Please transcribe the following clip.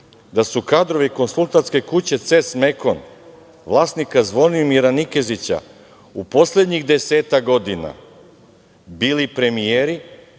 da su kadrovi Konsultantske kuće CES Mekon, vlasnika Zvonimira Nikezića, u poslednjih desetak godina bili premijeri,